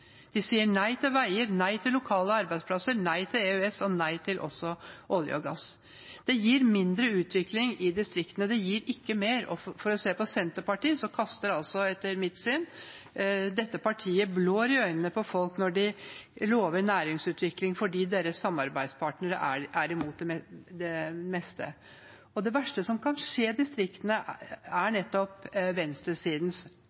De sier nei til veier, nei til lokale arbeidsplasser, nei til EØS og også nei til olje og gass. Det gir mindre utvikling i distriktene – det gir ikke mer. Og for å se på Senterpartiet: Etter mitt syn kaster dette partiet blår i øynene på folk når de lover næringsutvikling, for deres samarbeidspartnere er imot det meste. Det verste som kan skje distriktene, er